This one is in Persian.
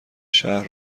شهر